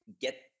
get